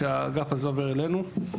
שהאגף הזה עובר אלינו,